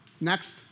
Next